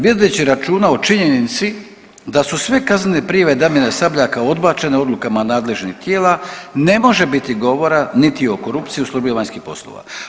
Vodeći računa o činjenici da su sve kaznene prijave Damira Sabljaka odbačene odlukama nadležnih tijela ne može biti govora niti o korupciju u službi vanjskih poslova.